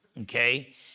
Okay